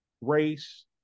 race